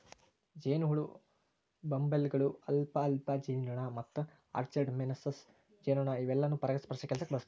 ಜೇನಹುಳ, ಬಂಬಲ್ಬೇಗಳು, ಅಲ್ಫಾಲ್ಫಾ ಜೇನುನೊಣ ಮತ್ತು ಆರ್ಚರ್ಡ್ ಮೇಸನ್ ಜೇನುನೊಣ ಇವೆಲ್ಲಾನು ಪರಾಗಸ್ಪರ್ಶ ಕೆಲ್ಸಕ್ಕ ಬಳಸ್ತಾರ